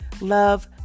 love